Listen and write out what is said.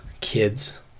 kids